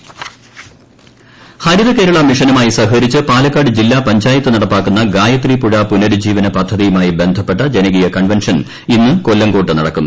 ഗായത്രീപുഴ പുനരുജ്ജീവന പദ്ധതി ഹരിതകേരള മിഷനുമായി സഹകരിച്ച് പാലക്കാട് ജില്ലാ പഞ്ചായത്ത് നടപ്പാക്കുന്ന ഗായത്രീപുഴ പുനരുജ്ജീവന പദ്ധതിയുമായി ബന്ധപ്പെട്ട ജനകീയ കൺവെൻഷൻ ഇന്ന് കൊല്ലങ്കോട്ട് നടക്കും